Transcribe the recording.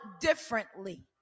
differently